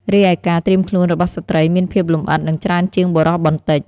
រីឯការត្រៀមខ្លួនរបស់ស្ត្រីមានភាពលម្អិតនិងច្រើនជាងបុរសបន្តិច។